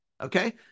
okay